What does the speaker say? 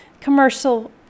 commercial